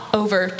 over